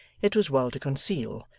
it was well to conceal,